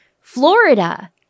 Florida